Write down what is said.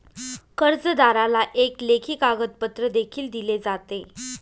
कर्जदाराला एक लेखी कागदपत्र देखील दिले जाते